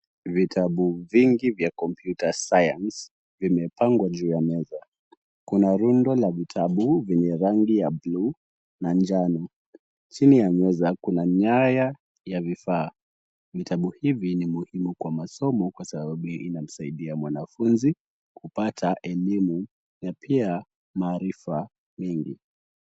Vitabu vingi vya Computer Science vimepagwa juu ya meza. Kuna rundo la vitabu vyenye rangi ya buluu na njano. Chini ya meza kuna nyaya ya vifaa. Vitabu hivi ni muhimu kwa masomo kwa sababu vinamsaidia mwanafunzi kupata elimu na pia maarifa mengi.